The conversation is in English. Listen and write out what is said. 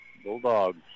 Bulldogs